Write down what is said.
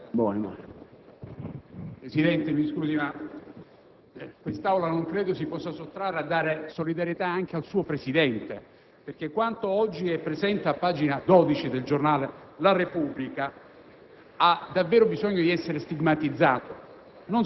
Presidente, mi scusi, ma quest'Aula non credo si possa sottrarre dal manifestare solidarietà anche al suo Presidente, perché quanto oggi è pubblicato a pagina 12 del giornale «la Repubblica»